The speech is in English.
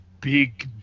big